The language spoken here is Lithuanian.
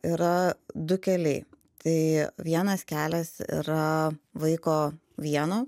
yra du keliai tai vienas kelias yra vaiko vieno